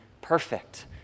perfect